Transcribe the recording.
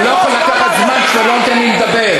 אתה לא יכול לקחת זמן כשאתה לא נותן לי לדבר.